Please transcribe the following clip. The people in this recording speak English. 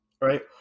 Right